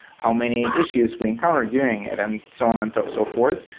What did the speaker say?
how many issues we encounter doing it and so on on so forth?